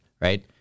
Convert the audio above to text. Right